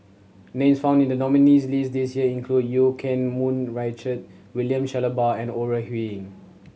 names found in the nominees' list this year include Eu Keng Mun Richard William Shellabear and Ore Huiying